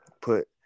put